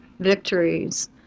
Victories